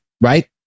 right